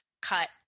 cut